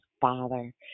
Father